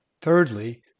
Thirdly